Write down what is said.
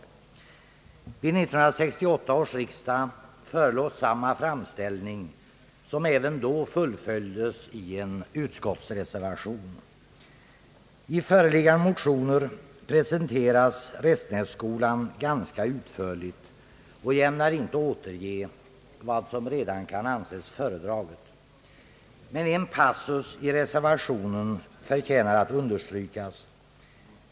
Vid 1968 års riksdag förelåg samma framställning, som även I föreliggande motioner presenteras Restenässkolan ganska utförligt, och jag ämnar inte återge vad som redan kan anses föredraget. Men en passus i reservationen förtjänar att understrykas.